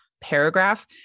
paragraph